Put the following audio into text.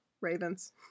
Ravens